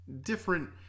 different